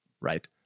right